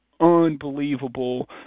unbelievable